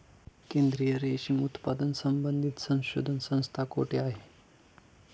केंद्रीय रेशीम उत्पादन संबंधित संशोधन संस्था कोठे आहे?